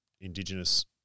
indigenous